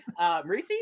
Marisi